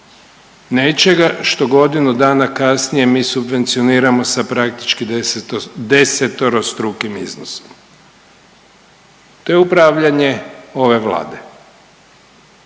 nečega što godinu dana kasnije mi subvencioniramo sa praktički desetorostrukim iznosom. To je upravljanje ove Vlade.